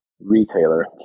retailer